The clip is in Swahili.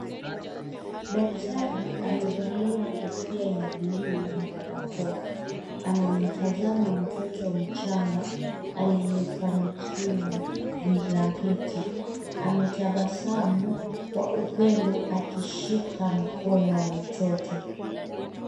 Daktari amevalia kofia ya buluu na barakoa. Anamtazama mtoto mchanga aliyefanikiwa blanketi. Ametabasamu kwa upendo akishika mkono wa mtoto.